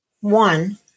One